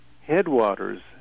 headwaters